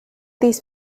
these